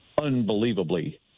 unbelievably